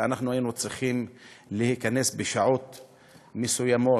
ואנחנו היינו צריכים להיכנס בשעות מסוימות,